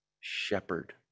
shepherd